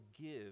give